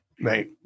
Right